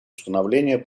установления